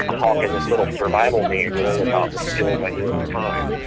ah hawking this little survival manual about the skills i knew at the time.